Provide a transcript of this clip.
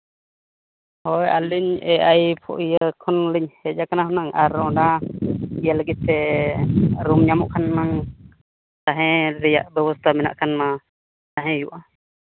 ᱦᱳᱭ ᱟᱹᱞᱤᱧ ᱮ ᱟᱭ ᱯᱷᱳᱨ ᱠᱷᱚᱱ ᱞᱤᱧ ᱦᱮᱡ ᱟᱠᱟᱱᱟ ᱦᱩᱱᱟᱹᱝ ᱟᱨ ᱚᱱᱟ ᱞᱟᱹᱜᱤᱫ ᱛᱮ ᱨᱩᱢ ᱧᱟᱢᱚᱜ ᱠᱷᱟᱱ ᱦᱩᱱᱟᱹᱝ ᱛᱟᱦᱮᱱ ᱨᱮᱭᱟᱜ ᱵᱮᱵᱚᱥᱛᱷᱟ ᱢᱮᱱᱟᱜ ᱠᱷᱟᱱ ᱢᱟ ᱛᱟᱦᱮᱸ ᱦᱩᱭᱩᱜᱼᱟ